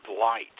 light